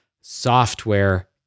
software